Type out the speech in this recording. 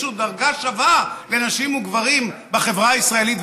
דרגה שווה לנשים וגברים בחברה הישראלית,